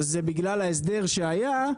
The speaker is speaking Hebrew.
זה בגלל ההסדר שהיה,